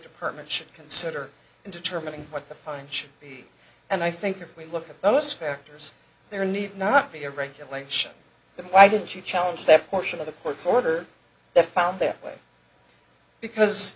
department should consider in determining what the fine should be and i think if we look at those factors there need not be a regulation that why didn't you challenge that portion of the court's order they found their way because